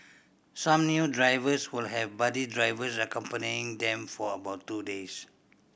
some newer drivers will have buddy drivers accompanying them for about two days